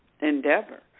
endeavor